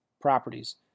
Properties